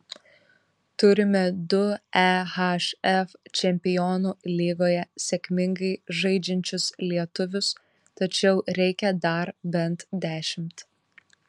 turime du ehf čempionų lygoje sėkmingai žaidžiančius lietuvius tačiau reikia dar bent dešimt